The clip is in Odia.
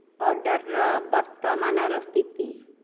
ଅର୍ଡ଼ରର ବର୍ତ୍ତମାନର ସ୍ଥିତି